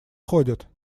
ходят